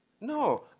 No